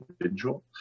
individual